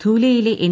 ധൂലെയിലെ N